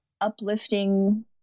uplifting